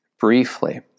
briefly